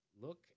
Look